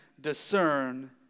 discern